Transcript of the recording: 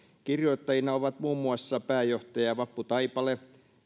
kirjoittajina ovat muun muassa pääjohtaja vappu taipale